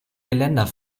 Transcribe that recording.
geländer